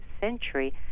century